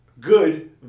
Good